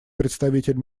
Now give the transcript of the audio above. представитель